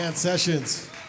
Sessions